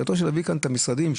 להביא כאן את המשרדים,